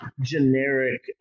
generic